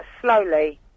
slowly